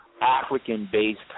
African-based